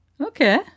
Okay